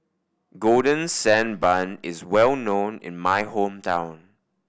Golden Sand Bun is well known in my hometown